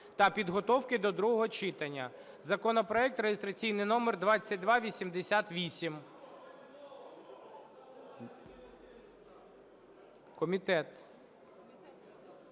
і підготовки до другого читання. Законопроект реєстраційний номер 2288.